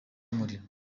y’umuriro